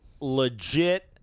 legit